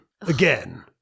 again